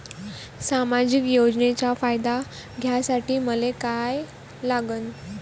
सामाजिक योजनेचा फायदा घ्यासाठी मले काय लागन?